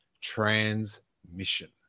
transmission